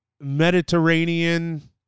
Mediterranean